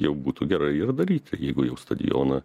jau būtų gerai ir daryti jeigu jau stadioną